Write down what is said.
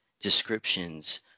descriptions